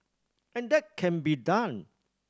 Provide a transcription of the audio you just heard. and that can be done